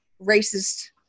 racist